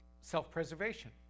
self-preservation